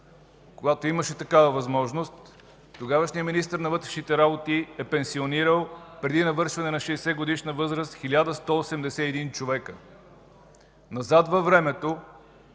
когато имаше такава възможност, тогавашният министър на вътрешните работи е пенсионирал преди навършване на 60-годишна възраст 1181 човека. Назад във времето